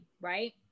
right